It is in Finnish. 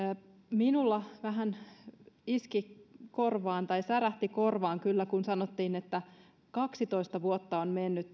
minulla vähän kyllä iski korvaan tai särähti korvaan kun sanottiin että kaksitoista vuotta on mennyt